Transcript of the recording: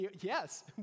Yes